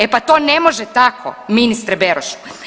E pa to ne može tako, ministre Berošu!